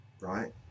right